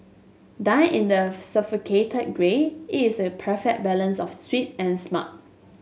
done in the grey it is a perfect balance of sweet and smart